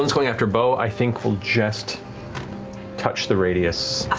and going after beau, i think will just touch the radius. ah